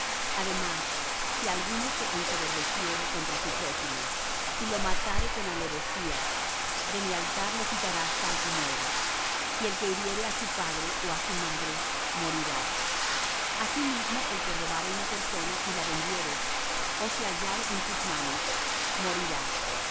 además si alguno se ensoberbeciere contra su prójimo y lo matare con alevosía de mi altar lo quitarás para que muera y el que hiriere á su padre ó á su madre morirá asimismo el que robare una persona y la vendiere ó se hallare en sus manos morirá